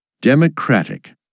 Democratic